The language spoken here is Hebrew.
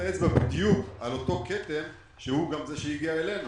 האצבע בדיוק על אותו כתם שהוא גם זה שהגיע אלינו.